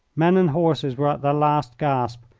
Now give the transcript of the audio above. men and horses were at their last gasp,